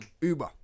uber